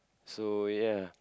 so ya